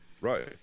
Right